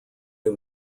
new